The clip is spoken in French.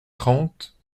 trente